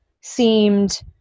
seemed